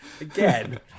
again